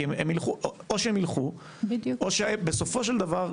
כי או שהם ילכו או שבסופו של דבר,